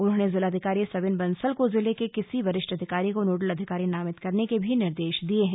उन्होंने जिलाधिकारी सविन बंसल को जिले के किसी वरिष्ठ अधिकारी को नोडल अधिकारी नामित करने के निर्देश दिए हैं